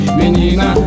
menina